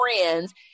friends